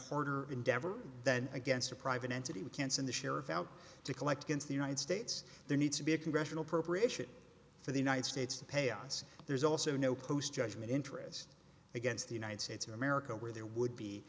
harder endeavor then against a private entity we can send a sheriff out to collect against the united states there needs to be a congressional appropriations for the united states to pay us there's also no close judgment interest against the united states of america where there would be